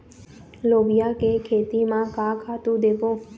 लोबिया के खेती म का खातू देबो?